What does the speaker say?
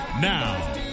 Now